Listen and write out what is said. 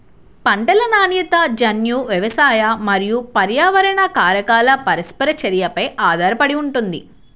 పంటల నాణ్యత జన్యు, వ్యవసాయ మరియు పర్యావరణ కారకాల పరస్పర చర్యపై ఆధారపడి ఉంటుంది